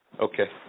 Okay